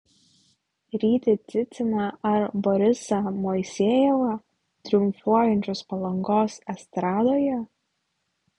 rytį ciciną ar borisą moisejevą triumfuojančius palangos estradoje